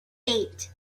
eight